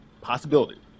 possibility